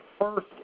first